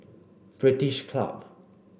British Club